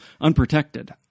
unprotected